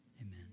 Amen